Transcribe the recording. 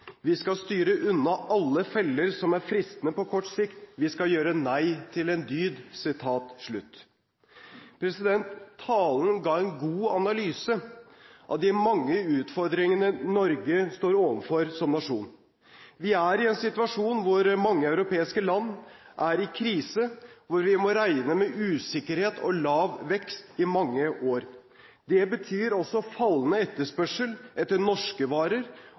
«Vi skal styre unna alle feller som er fristende på kort sikt. Vi skal gjøre nei til en dyd.» Talen ga en god analyse av de mange utfordringene Norge står overfor som nasjon. Vi er i en situasjon hvor mange europeiske land er i krise, hvor vi må regne med usikkerhet og lav vekst i mange år. Det betyr også fallende etterspørsel etter norske varer